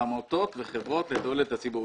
על עמותות וחברות לתועלת הציבור.